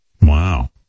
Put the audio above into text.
Wow